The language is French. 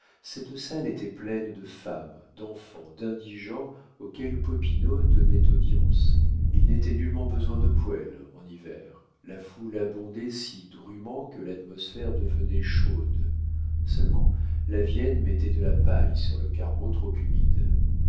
cette salle était pleine de femmes d'enfants d'indigents auxquels popinot donnait audience il n'était nullement besoin de poêle en hiver la foule abondait si drûment que l'atmosphère devenait chaude seulement lavienne mettait de la paille sur le carreau trop humide